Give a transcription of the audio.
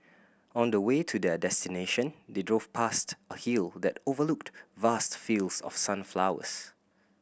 on the way to their destination they drove past a hill that overlooked vast fields of sunflowers